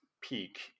peak